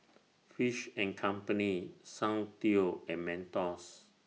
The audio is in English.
Fish and Company Soundteoh and Mentos